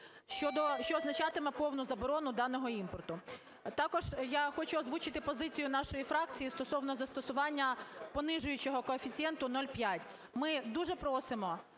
що означатиме повну заборону даного імпорту. Також я хочу озвучити позицію нашої фракції стосовно застосування понижуючого коефіцієнту 0,5. Ми дуже просимо